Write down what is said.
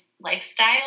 lifestyle